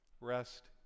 Rest